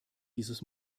dieses